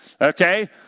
Okay